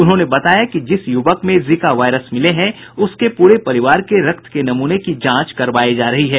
उन्होंने बताया कि जिस यूवक में जीका वायरस मिले हैं उसके पूरे परिवार के रक्त के नमूने की जांच करवायी जा रही है